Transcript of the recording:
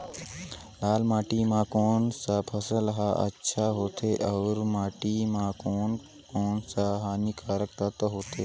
लाल माटी मां कोन सा फसल ह अच्छा होथे अउर माटी म कोन कोन स हानिकारक तत्व होथे?